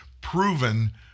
proven